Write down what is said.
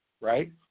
right